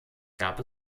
gab